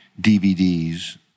DVDs